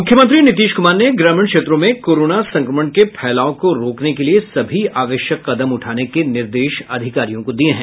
मुख्यमंत्री नीतीश क्मार ने ग्रामीण क्षेत्रों में कोरोना संक्रमण के फैलाव को रोकने के लिये सभी आवश्यक कदम उठाने के निर्देश अधिकारियों को दिये हैं